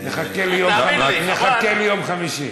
נחכה ליום חמישי.